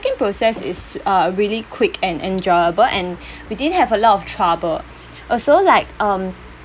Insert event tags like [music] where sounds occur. in process is uh really quick and enjoyable and [breath] we didn't have a lot of trouble also like um